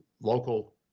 local